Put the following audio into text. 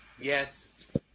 yes